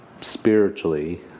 spiritually